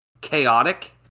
chaotic